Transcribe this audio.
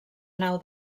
nau